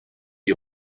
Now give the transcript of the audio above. die